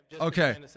Okay